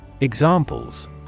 Examples